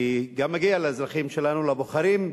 כי גם מגיע לאזרחים שלנו, לבוחרים,